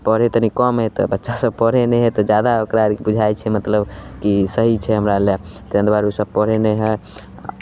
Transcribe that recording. पढ़ै तनि कम हइ तऽ बच्चा सभ पढ़ै नहि हइ तऽ जादा ओकरा बुझाइ छै मतलब कि सही छै हमरा लए ताहि दुआरे ओसभ पढ़ै नहि हइ